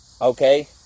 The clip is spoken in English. okay